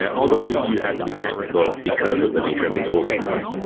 yeah although you you had to be technical because of the nature of the tools at the time.